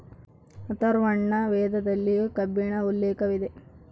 ಅಥರ್ವರ್ಣ ವೇದದಲ್ಲಿ ಕಬ್ಬಿಣ ಉಲ್ಲೇಖವಿದೆ